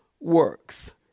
works